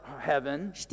heaven